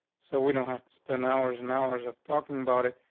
so we don't have to spend hours and hours of talking about it.